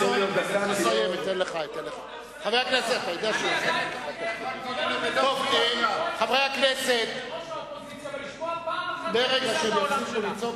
אני עדיין מחכה לשמוע מראש האופוזיציה פעם אחת את תפיסת העולם שלה.